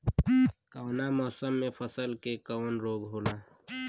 कवना मौसम मे फसल के कवन रोग होला?